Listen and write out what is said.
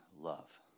love